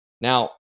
Now